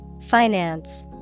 Finance